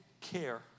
care